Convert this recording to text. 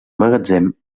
magatzem